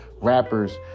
rappers